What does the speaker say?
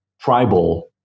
tribal